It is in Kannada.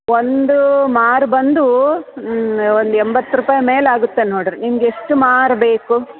ಒಂದು ಮಾರು ಬಂದು ಒಂದು ಎಂಬತ್ತು ರೂಪಾಯಿ ಮೇಲೆ ಆಗುತ್ತೆ ನೋಡಿರಿ ನಿಮ್ಗೆ ಎಷ್ಟು ಮಾರು ಬೇಕು